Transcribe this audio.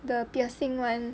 the piercing [one]